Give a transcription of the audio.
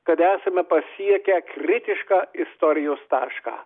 kad esame pasiekę kritišką istorijos tašką